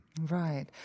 Right